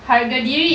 harga diri